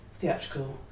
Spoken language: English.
theatrical